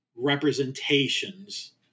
representations